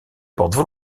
porte